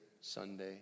Sunday